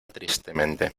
tristemente